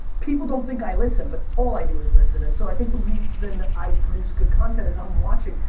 people don't think i listen, but all i do is listen, and so i think the reason i produce good content is i'm watching,